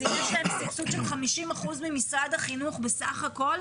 אז אם יש להם סבסוד של 50% ממשרד החינוך בסך הכל,